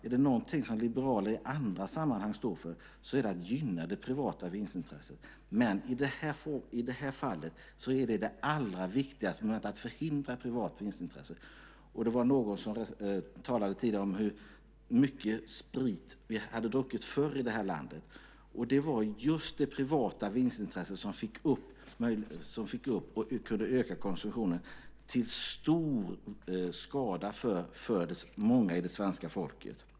Är det någonting liberaler i andra sammanhang står för, herr talman, är det att gynna det privata vinstintresset, men i det här fallet är det allra viktigaste momentet att förhindra privat vinstintresse. Någon talade tidigare om hur mycket sprit vi drack förr här i landet, och det var just det privata vinstintresset som kunde få upp konsumtionen till stor skada för många i svenska folket.